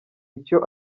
icyo